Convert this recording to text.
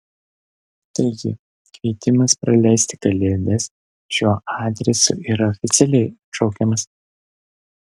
taigi kvietimas praleisti kalėdas šiuo adresu yra oficialiai atšaukiamas